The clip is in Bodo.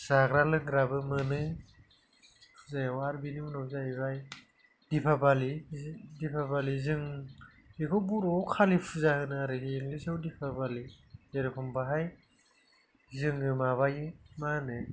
जाग्रा लोंग्राबो मोनो जायो आरो बिनि उनाव जाहैबाय दिफाबालि जि दिफाबालिजों बेखौ जों बर'आव खालि फुजा होयो बेनो जाबाय दिफाबालि